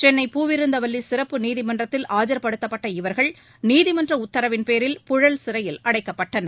சென்னை பூவிருந்தவல்லி சிறப்பு நீதிமன்றத்தில் ஆஜர்படுத்தப்பட்ட இவர்கள் நீதிமன்ற உத்தரவின்பேரில் புழல் சிறையில் அடைக்கப்பட்டனர்